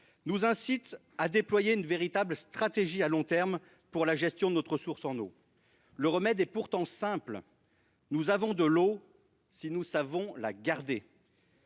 nous incitent à déployer une véritable stratégie à long terme pour la gestion de notre ressource en eau. Le remède est pourtant simple : nous avons de l'eau si nous savons la garder.